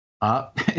up